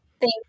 thank